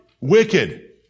wicked